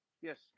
Yes